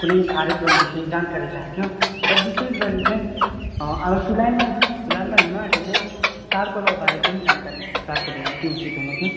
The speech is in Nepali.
कुनै कार्यक्रम विषयमा जानकारी चाहिन्थ्यो र विशेष गरी चाहिँ अब फिलहालमै फिलहालमै हुन आँटेको चाडपर्वबारे केही जानकारी प्राप्त भए अति उचित हुने थियो